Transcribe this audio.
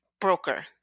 broker